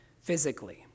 physically